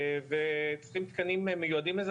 וצריכים תקנים מיועדים לזה.